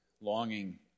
longing